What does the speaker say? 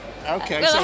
Okay